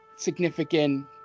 significant